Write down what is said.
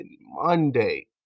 Monday